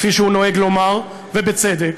כפי שהוא נוהג לומר, ובצדק,